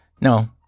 no